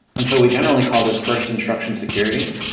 and so we generally call this first instruction security,